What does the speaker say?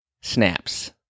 snaps